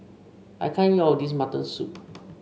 I can't eat all this Mutton Soup